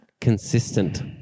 consistent